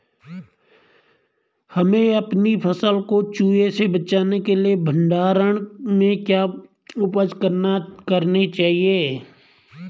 हमें अपनी फसल को चूहों से बचाने के लिए भंडारण में क्या उपाय करने चाहिए?